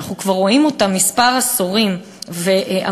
שאנחנו רואים אותה כבר כמה עשורים,